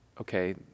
okay